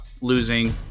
losing